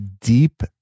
deep